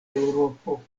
eŭropo